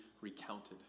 recounted